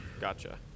Gotcha